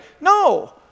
No